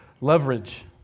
leverage